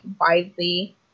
widely